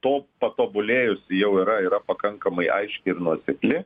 to patobulėjus jau yra yra pakankamai aiški ir nuosekli